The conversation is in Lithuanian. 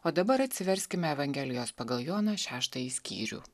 o dabar atsiverskime evangelijos pagal joną šeštąjį skyrių